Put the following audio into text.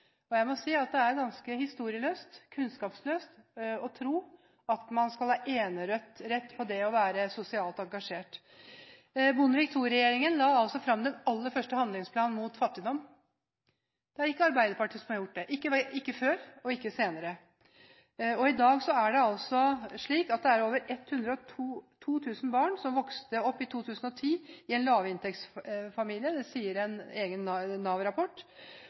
spørsmål: Jeg hørte representanten Eva Kristin Hansen snakke om det «usosiale» Høyre. Jeg må si at det er ganske historieløst, kunnskapsløst, å tro at man skal ha enerett på det å være sosialt engasjert. Bondevik II-regjeringen la fram den aller første handlingsplanen mot fattigdom. Det er ikke Arbeiderpartiet som har gjort det – ikke før og ikke senere. I 2010 var det over 102 000 barn som vokste opp i en lavinntektsfamilie, ifølge en egen